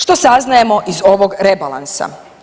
Što saznajemo iz ovog rebalansa?